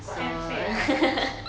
quite unfair ah